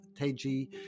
Teji